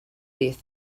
these